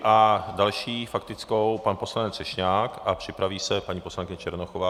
A další faktickou, pan poslanec Třešňák, a připraví se paní poslankyně Černochová.